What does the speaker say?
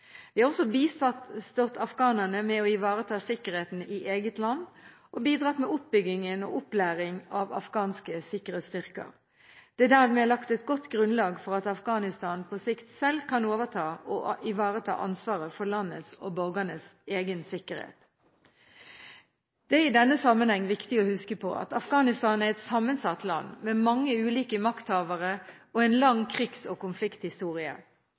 Vi har også bistått afghanerne med å ivareta sikkerheten i eget land, og vi har bidratt med oppbyggingen og opplæringen av afghanske sikkerhetsstyrker. Det er dermed lagt et godt grunnlag for at Afghanistan på sikt selv kan overta og ivareta ansvaret for landets og borgernes egen sikkerhet. Det er i denne sammenheng viktig å huske på at Afghanistan er et sammensatt land med mange ulike makthavere og en lang krigs- og konflikthistorie.